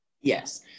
yes